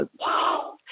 wow